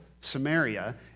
Samaria